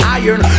iron